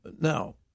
Now